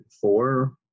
four